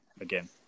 again